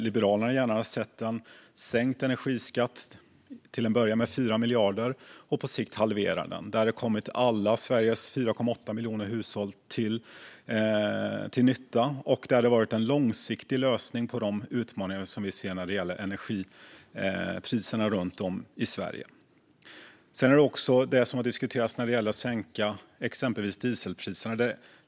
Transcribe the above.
Liberalerna hade gärna sett en sänkt energiskatt, till en början med 4 miljarder och på sikt en halvering. Det hade kommit alla Sveriges 4,8 miljoner hushåll till nytta, och det hade varit en långsiktig lösning på de utmaningar som vi ser när det gäller energipriserna runt om i Sverige. Det har också diskuterats att sänka exempelvis dieselpriserna.